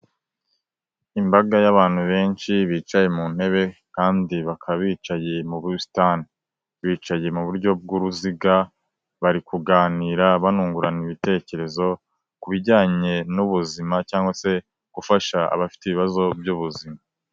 Imbaga y'abantu benshi bicaye mu ntebe kandi bakaba bicaye mu busitani, bicaye mu buryo bw'uruziga bari kuganira banungurana ibitekerezo, ku bijyanye n'ubuzima cyangwa se gufasha abafite ibibazo by'ubuzima.